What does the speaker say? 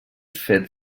fet